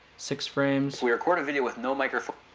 six frames, we record a video with no microphone.